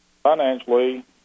Financially